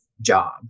job